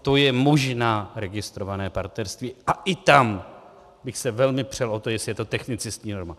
To je možná registrované partnerství a i tam bych se velmi přel o to, jestli je to technicistní norma.